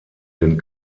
den